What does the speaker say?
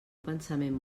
pensament